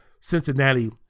Cincinnati